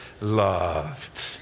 loved